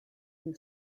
few